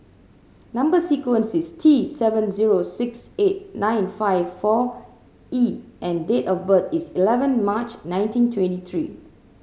number sequence is T seven zero six eight nine five four E and date of birth is eleven March nineteen twenty three